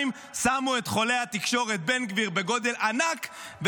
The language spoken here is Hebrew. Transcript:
שמו את חולה התקשורת בן גביר בגודל ענק,